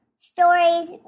stories